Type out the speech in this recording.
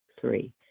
three